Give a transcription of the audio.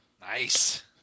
Nice